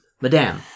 Madame